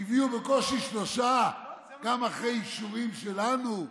הביאו בקושי שלושה, גם אחרי אישורים שלנו,